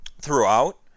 throughout